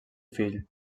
fill